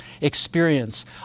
experience